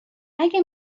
اگه